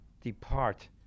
depart